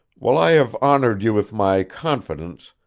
while i have honored you with my confidence,